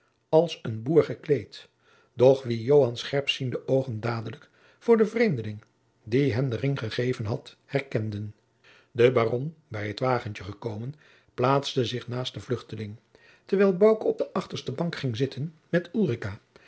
als een boer gekleed doch wien joans scherpziende oogen dadelijk voor den vreemdeling die hem den ring gegeven had herkenden de baron bij het wagentje gekomen plaatste zich naast den vluchteling terwijl bouke op de achterste bank ging zitten met